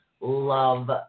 love